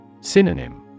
Synonym